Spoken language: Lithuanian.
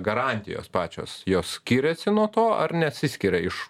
garantijos pačios jos skiriasi nuo to ar nesiskiria iš